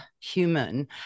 human